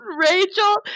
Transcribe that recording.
Rachel